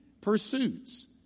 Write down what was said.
pursuits